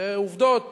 אלה עובדות